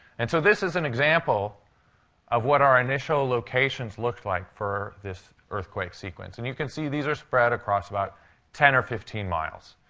and so this is an example of what our initial locations looked like for this earthquake sequence. and you can see these are spread across about ten or fifteen miles.